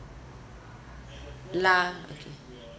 lah okay